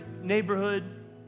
neighborhood